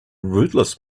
rootless